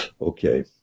Okay